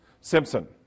Simpson